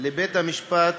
לבית-המשפט